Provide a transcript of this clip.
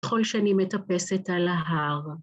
ככל שאני מטפסת על ההר.